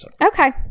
Okay